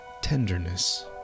tenderness